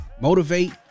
motivate